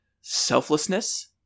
selflessness